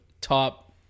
top